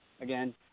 again